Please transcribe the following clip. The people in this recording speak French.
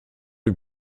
lui